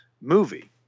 movie